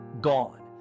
Gone